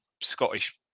Scottish